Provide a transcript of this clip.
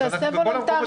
אז תעשה וולונטרי.